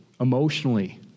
emotionally